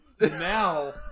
now